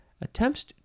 Attempts